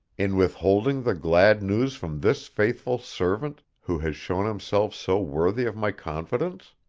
in withholding the glad news from this faithful servant who has shown himself so worthy of my confidence?